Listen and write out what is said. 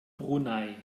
brunei